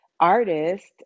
artist